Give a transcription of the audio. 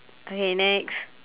okay next